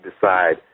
decide